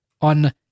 on